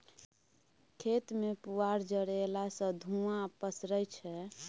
खेत मे पुआर जरएला सँ धुंआ पसरय छै